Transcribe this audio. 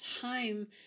time